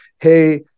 hey